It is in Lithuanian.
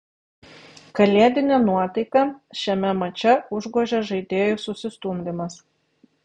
kalėdinę nuotaiką šiame mače užgožė žaidėjų susistumdymas